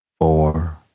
four